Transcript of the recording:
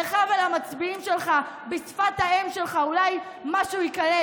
לך ולמצביעים שלך, בשפת האם שלך אולי משהו ייקלט.